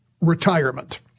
retirement